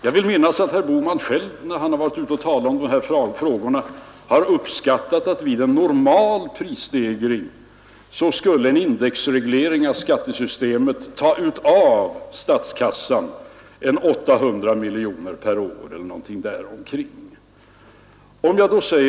Jag vill minnas att herr Bohman själv när han har talat om de här frågorna har gjort den bedömningen att vid en normal prisstegring en indexreglering av skattesystemet skulle ta 800 miljoner kronor per år eller någonting där omkring från statskassan.